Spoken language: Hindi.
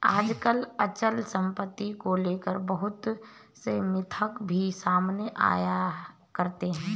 आजकल अचल सम्पत्ति को लेकर बहुत से मिथक भी सामने आया करते हैं